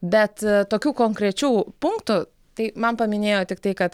bet tokių konkrečių punktų tai man paminėjo tiktai kad